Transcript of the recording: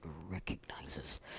recognizes